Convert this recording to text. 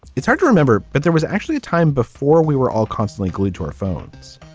it's hard to remember but there was actually a time before we were all constantly glued to our phones.